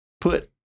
put